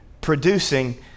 producing